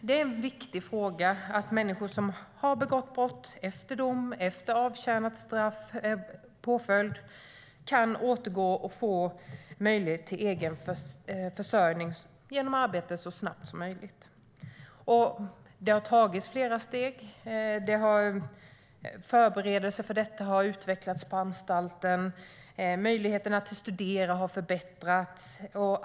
Det är en viktig fråga att människor som har begått brott efter dom och avtjänad påföljd kan återgå och få möjlighet till egen försörjning genom arbete så snabbt som möjligt, och det har tagits flera steg. Förberedelser för detta har utvecklats på anstalter. Möjligheterna att studera har förbättrats.